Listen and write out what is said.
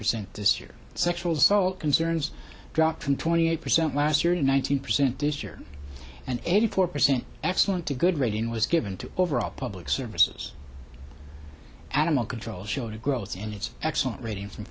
percent this year sexual assault concerns dropped from twenty eight percent last year in one thousand percent this year and eighty four percent excellent to good rating was given to overall public services animal control showed a growth in its excellent rating from